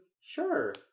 Sure